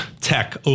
tech